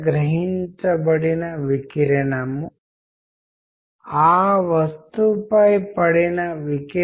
బహుశా మనకు మెరుగైన ఆలోచన వస్తుంది ఇంకా కమ్యూనికేషన్ ప్రాథమిక అర్థం పై ఒక పట్టు వస్తుంది